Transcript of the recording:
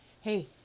Hey